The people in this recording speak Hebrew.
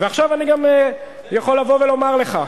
עכשיו אני גם יכול לבוא ולומר לך,